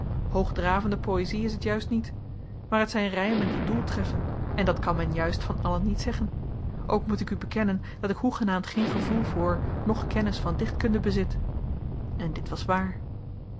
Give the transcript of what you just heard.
dravende poëzie is het juist niet maar het zijn rijmen die doel treffen en dat kan men juist van alle niet zeggen ook moet ik u bekennen dat ik hoegenaamd geen gevoel voor noch kennis van dichtkunde bezit en dit was waar